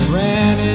ran